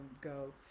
go